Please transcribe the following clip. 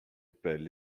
pele